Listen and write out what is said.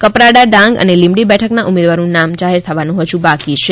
કપરાડા ડાંગ અને લીંબડી બેઠકના ઉમેદવારનું નામ જાહેર થવું હજુ બાકી છે